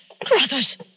Brothers